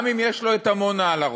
גם אם יש לו עמונה על הראש.